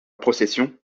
procession